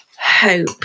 hope